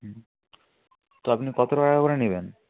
হুঁম তো আপনি কত টাকা করে নিবেন